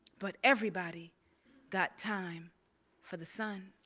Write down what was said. but everybody got time for the sun.